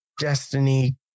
destiny